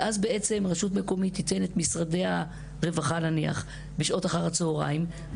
ואז בעצם רשות מקומית תיתן את משרדי הרווחה נניח בשעות אחר הצהריים,